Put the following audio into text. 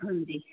ਹਾਂਜੀ